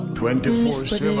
24-7